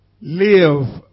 live